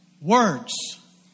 Words